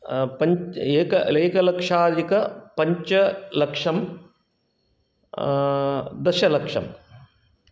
एक लक्षाधिक पञ्चलक्षं दश लक्षं